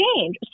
change